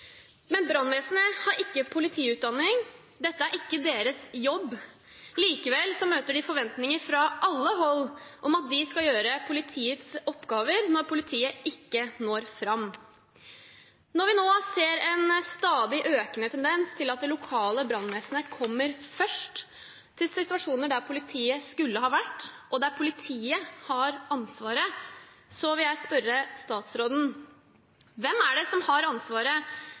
Men brannvesenet har ikke politiutdanning – dette er ikke deres jobb. Likevel møter de forventninger fra alle hold om at de skal gjøre politiets oppgaver når politiet ikke når fram. Når vi nå ser en stadig økende tendens til at det lokale brannvesenet kommer først til situasjoner der politiet skulle ha vært, og der politiet har ansvaret, vil jeg spørre statsråden: Hvem er det som har ansvaret